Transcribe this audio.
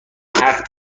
حرف